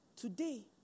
Today